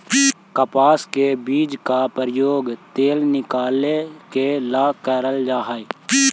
कपास के बीज का प्रयोग तेल निकालने के ला करल जा हई